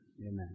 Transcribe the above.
Amen